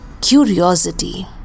Curiosity